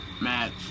match